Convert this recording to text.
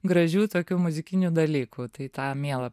gražių tokių muzikinių dalykų tai tą miela